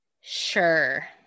Sure